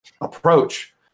approach